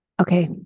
okay